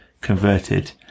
converted